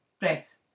breath